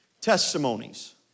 testimonies